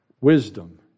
wisdom